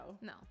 No